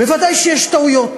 ודאי שיש טעויות,